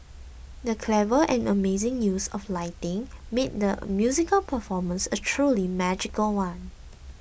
the clever and amazing use of lighting made the musical performance a truly magical one